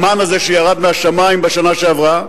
המן הזה שירד מהשמים בשנה שעברה,